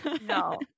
No